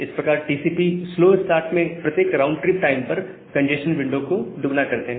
इस प्रकार TCP slow start में प्रत्येक राउंड ट्रिप टाइम पर कंजेस्शन विंडो को दोगुना करते हैं